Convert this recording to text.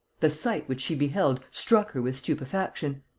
the sight which she beheld struck her with stupefaction.